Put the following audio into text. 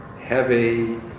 heavy